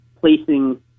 placing